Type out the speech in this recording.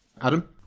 Adam